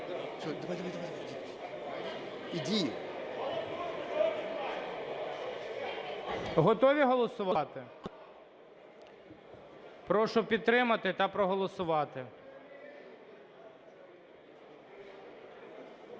Готові голосувати? Прошу підтримати та проголосувати.